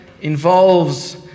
involves